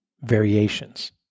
variations